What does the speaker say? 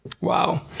Wow